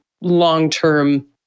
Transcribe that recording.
long-term